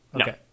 okay